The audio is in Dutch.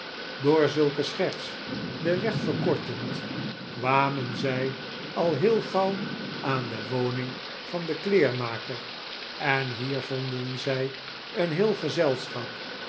door zulke scherts den weg verkortend kwamen zij al heel gauw aan de woning van den kleermaker en hier vonden zij een heel gezelschap